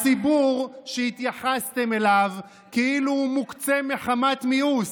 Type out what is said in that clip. הציבור שהתייחסתם אליו כאילו הוא מוקצה מחמת מיאוס,